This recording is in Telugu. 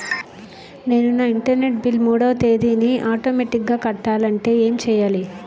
నేను నా ఇంటర్నెట్ బిల్ మూడవ తేదీన ఆటోమేటిగ్గా కట్టాలంటే ఏం చేయాలి?